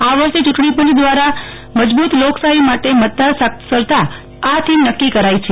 આ વર્ષે ચૂંટણી પંચ દ્વારા આ વર્ષે મજબૂત લોકશાહી માટે મતદાર સાક્ષરતા આ થીમ નક્કી કરાઇ છે